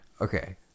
Okay